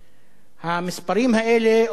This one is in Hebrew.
המספרים האלה אומרים הכול,